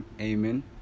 Amen